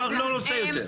כבר לא רוצה יותר.